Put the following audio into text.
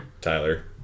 Tyler